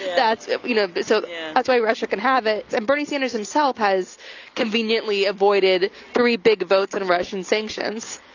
that's it. you know, so that's why russia can have it. and bernie sanders himself has conveniently avoided three big votes in russian sanctions.